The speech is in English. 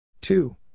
two